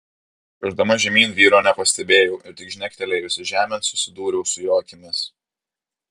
čiuoždama žemyn vyro nepastebėjau ir tik žnektelėjusi žemėn susidūriau su jo akimis